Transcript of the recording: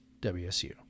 WSU